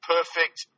Perfect